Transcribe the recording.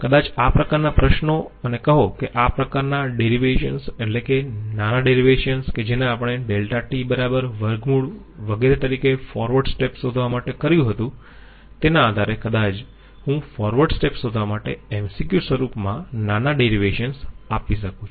કદાચ આ પ્રકારના પ્રશ્નો અને કહો કે આ પ્રકરના ડેરિવેશન એટલે કે નાના ડેરિવેશન કે જેને આપણે Δt બરાબર વર્ગમૂળ વગેરે તરીકે ફોરવર્ડ સ્ટેપ શોધવા માટે કર્યું હતું તેના આધારે કદાચ હું ફોરવર્ડ સ્ટેપ શોધવા માટે MCQ સ્વરૂપમાં નાના ડેરિવેશન આપી શકું છું